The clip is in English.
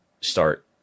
start –